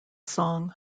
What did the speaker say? song